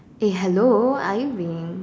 eh hello are you being